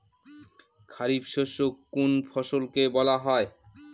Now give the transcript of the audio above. খারিফ শস্য কোন কোন ফসলকে বলা হয়?